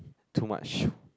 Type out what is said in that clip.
too much